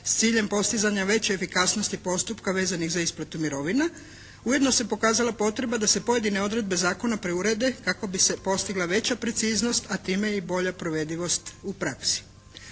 s ciljem postizanja veće efikasnosti postupka vezanih za isplatu mirovina. Ujedno se pokazala potreba da se pojedine odredbe zakona preurede kako bi se postigla veća preciznost a time i bolja provedivost u praksi.